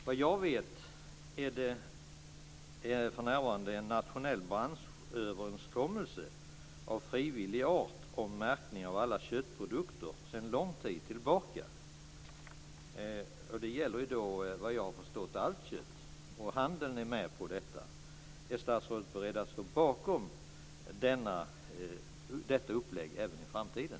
Vad jag vet är det för närvarande en nationell branschöverenskommelse av frivillig art om märkning av alla köttprodukter. Det är det sedan lång tid tillbaka. Det gäller vad jag har förstått allt kött, och handeln är med på detta. Är statsrådet beredd att stå bakom detta upplägg även i framtiden?